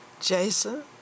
Jason